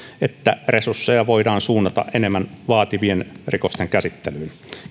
että resursseja voidaan suunnata enemmän vaativien rikosten käsittelyyn